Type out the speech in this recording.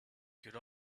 could